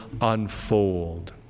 unfold